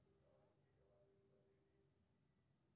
एहि योजनाक लक्ष्य माटिक पोषण संबंधी कमी के पता लगेनाय छै